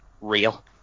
real